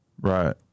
Right